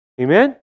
Amen